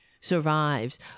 survives